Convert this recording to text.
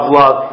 love